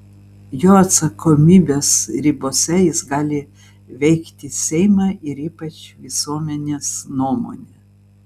jo atsakomybės ribose jis gali veikti seimą ir ypač visuomenės nuomonę